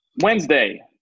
Wednesday